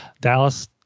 Dallas